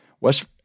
West